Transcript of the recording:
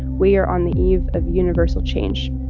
we are on the eve of universal change.